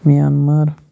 Myanmar